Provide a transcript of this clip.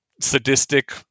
sadistic